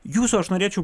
jūsų aš norėčiau